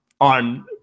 On